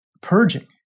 purging